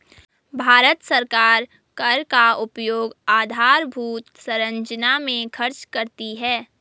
भारत सरकार कर का उपयोग आधारभूत संरचना में खर्च करती है